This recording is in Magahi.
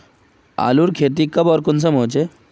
आलूर खेती कब आर कुंसम होचे?